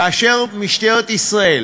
כאשר משטרת ישראל,